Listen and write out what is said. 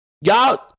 Y'all